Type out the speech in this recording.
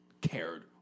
cared